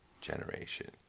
generation